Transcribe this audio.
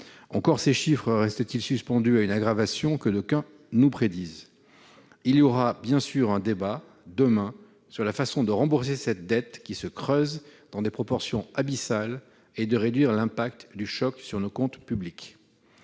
Encore ces chiffres restent-ils suspendus à une aggravation que d'aucuns nous prédisent. Il y aura un débat sur la façon de rembourser cette dette, qui se creuse dans des proportions abyssales, et de réduire l'impact du choc sur nos comptes publics.